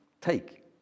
take